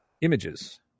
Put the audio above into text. images